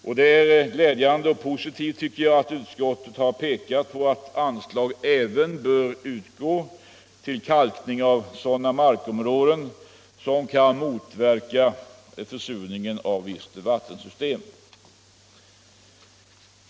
Jag tycker att det är glädjande att utskottet pekat på att anslag även bör utgå till sådan kalkning av markområden som kan motverka försurningen av visst vattensystem.